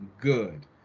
good